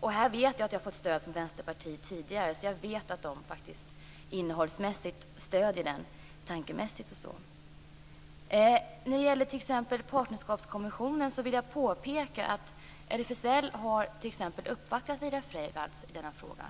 Jag vet att jag har fått stöd från Vänsterpartiet tidigare, så jag vet att de stöder mig vad gäller innehållet. När det gäller Partnerskapskommissionen vill jag påpeka att RFSL har uppvaktat Laila Freivalds i denna fråga.